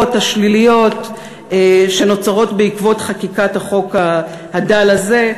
השליליות שנוצרות בעקבות חקיקת החוק הדל הזה.